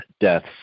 deaths